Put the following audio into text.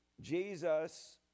Jesus